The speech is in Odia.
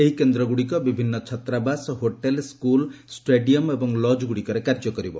ଏହି କେନ୍ଦ୍ରଗୁଡ଼ିକ ବିଭିନ୍ନ ଛାତ୍ରାବାସ ହୋଟେଲ୍ ସ୍କୁଲ୍ ଷ୍ଟାଡିୟମ୍ ଏବଂ ଲଜ୍ଗୁଡ଼ିକରେ କାର୍ଯ୍ୟ କରିବ